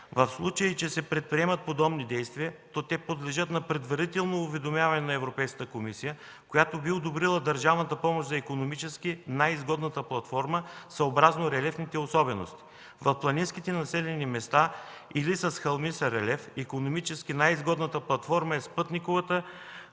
В случай, че се предприемат подобни действия, то те подлежат на предварително уведомяване на Европейската комисия, която би одобрила държавната помощ за икономически най-изгодната платформа, съобразно релефните особености. В планинските населени места или с хълмист релеф икономически най-изгодната платформа е спътниковата.